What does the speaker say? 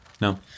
No